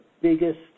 biggest